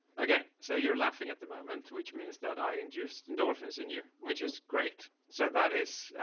okay. so you're laughing at the moment, which means that i, and just endorphins in you, which is great. so that is, ah,